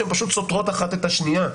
שהן פשוט סותרות אחת את השנייה.